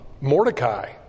Mordecai